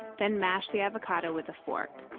then mash the avocado with a fork.